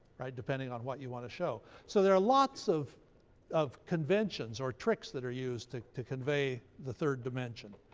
right, depending on what you want to show. so, there are lots of of conventions or tricks that are used to to convey the third dimension.